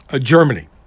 Germany